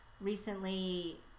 recently